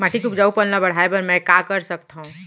माटी के उपजाऊपन ल बढ़ाय बर मैं का कर सकथव?